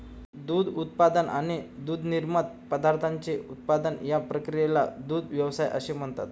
दूध उत्पादन आणि दुग्धनिर्मित पदार्थांचे उत्पादन या क्रियेला दुग्ध व्यवसाय असे म्हणतात